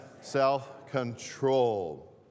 self-control